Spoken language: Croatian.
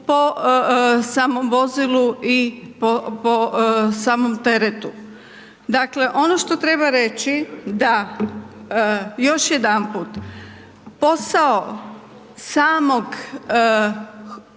po samom vozilu i po samom teretu. Dakle ono što treba reći da još jedanput posao same usluge